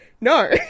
no